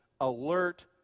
alert